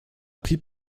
pris